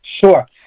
Sure